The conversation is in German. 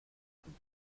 von